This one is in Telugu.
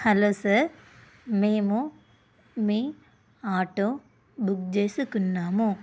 హలో సార్ మేము మీ ఆటో బుక్ చేసుకున్నాము